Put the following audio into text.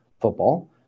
football